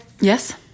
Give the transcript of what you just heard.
Yes